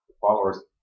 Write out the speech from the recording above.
followers